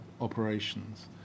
operations